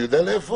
אני יודע לאיפה?